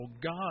God